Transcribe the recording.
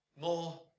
more